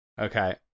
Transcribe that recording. Okay